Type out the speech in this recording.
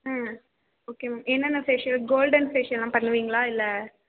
ம் okay ma'am என்னென்ன facial golden facial எல்லாம் பண்ணுவிங்களா இல்லை